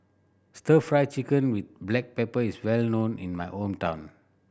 Stir Fried Chicken with black pepper is well known in my hometown